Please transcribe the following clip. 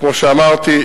כמו שאמרתי,